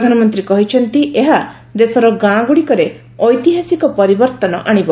ପ୍ରଧାନମନ୍ତ୍ରୀ କହିଛନ୍ତି ଏହା ଦେଶର ଗାଁ ଗୁଡ଼ିକରେ ଐତିହାସିକ ପରିବର୍ତ୍ତନ ଆଣିବ